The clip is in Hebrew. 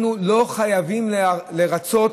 אנחנו לא חייבים לרצות